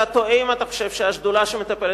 אתה טועה אם אתה חושב שהשדולה שמטפלת